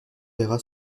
verra